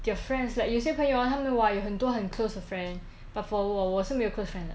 their friends like 有些朋友 hor 他们 !wah! 有很多很 close 的 friend but for 我我是没有 close friend 的